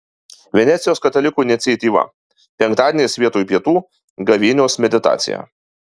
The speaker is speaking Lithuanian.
venecijos katalikų iniciatyva penktadieniais vietoj pietų gavėnios meditacija